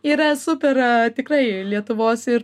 yra super tikrai lietuvos ir